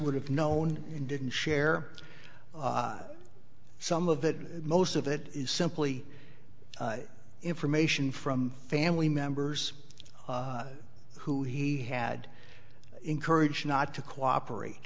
would have known and didn't share some of it most of it is simply information from family members who he had encouraged not to cooperate